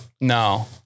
No